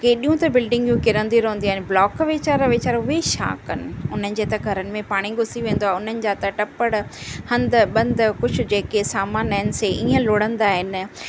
केॾियूं त बिल्डिंगियूं किरंदी रहंदी आहिनि ब्लोक वेचारा वेचारा उहे छा कनि उन्हनि जे त घरनि में पाणी घुसी वेंदो आहे उन्हनि जा त टपण हंध बंध कुझु जेके सामान आहिनि ईअं लुड़ंदा आहिनि